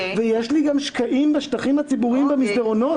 ויש לי גם שקעים בשטחים הציבוריים במסדרונות.